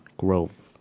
Growth